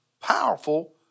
powerful